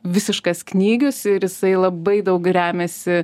visiškas knygius ir jisai labai daug remiasi